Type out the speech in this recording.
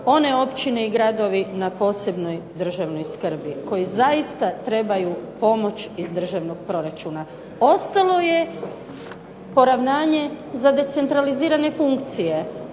one općine i gradovi na posebnoj državnoj skrbi koji zaista trebaju pomoć iz državnog proračuna. Ostalo je poravnanje za decentralizirane funkcije,